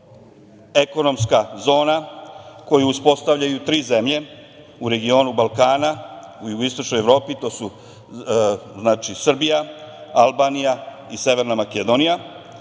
ekonomska zona koju uspostavljaju tri zemlje u regionu Balkana u jugoistočnoj Evropi, to su Srbija, Albanija i Severna